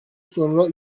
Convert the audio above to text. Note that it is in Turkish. sonra